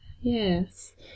Yes